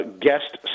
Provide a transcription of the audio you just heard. guest